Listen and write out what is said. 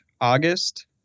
August